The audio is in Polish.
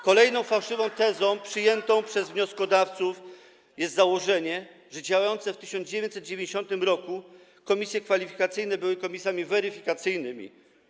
Kolejną fałszywą tezą przyjętą przez wnioskodawców jest założenie, że działające w 1990 r. komisje kwalifikacyjne były komisjami weryfikacyjnymi.